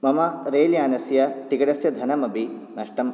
मम रैल् यानस्य टिकेटस्य धनम् अपि नष्टं